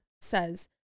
says